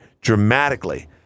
dramatically